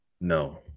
No